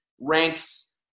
ranks